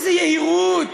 באיזה יהירות,